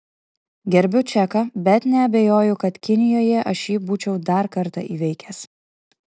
gerbiu čeką bet neabejoju kad kinijoje aš jį būčiau dar kartą įveikęs